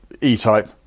E-type